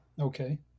Okay